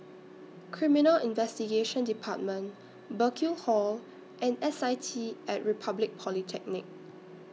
Criminal Investigation department Burkill Hall and S I T At Republic Polytechnic